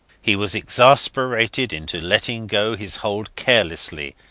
he was exasperated into letting go his hold carelessly,